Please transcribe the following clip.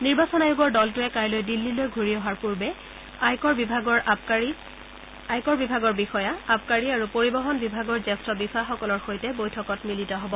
নিৰ্বাচন আয়োগৰ দলটোৱে কাইলৈ দিল্লীলৈ ঘূৰি অহাৰ পূৰ্বে আয়কৰ বিষয়া আবকাৰী আৰু পৰিবহন বিভাগৰ জ্যেষ্ঠ বিষয়াসকলৰ সৈতে বৈঠকত মিলিত হ'ব